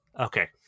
Okay